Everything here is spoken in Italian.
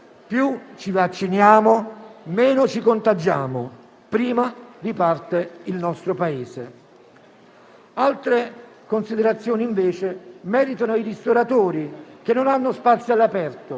più ci vacciniamo, meno ci contagiamo, prima riparte il nostro Paese. Altre considerazioni invece meritano i ristoratori che non hanno spazio all'aperto